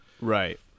Right